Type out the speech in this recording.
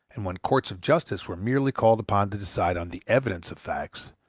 and when courts of justice were merely called upon to decide on the evidence of facts,